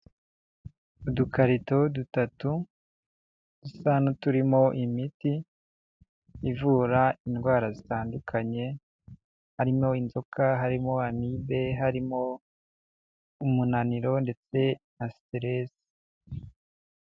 Udukarito dutatu dusa n'uturimo imiti ivura indwara zitandukanye harimo inzoka, harimo amibe, harimo umunaniro ndetse na siterese.